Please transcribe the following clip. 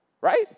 right